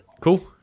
Cool